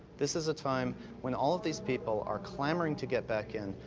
this is a time when all of these people are clamoring to get back in.